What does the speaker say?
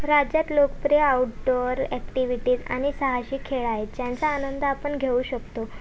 राज्यात लोकप्रिय outdoor activities आणि साहसी खेळ आहेत ज्यांचा आनंद आपण घेऊ शकतो